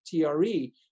TRE